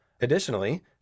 Additionally